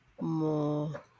more